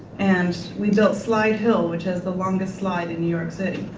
and we built slide hill which has the longest slide in new york city.